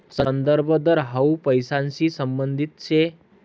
संदर्भ दर हाउ पैसांशी संबंधित शे